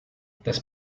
das